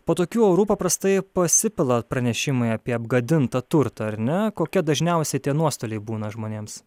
po tokių orų paprastai pasipila pranešimai apie apgadintą turtą ar ne kokie dažniausiai tie nuostoliai būna žmonėms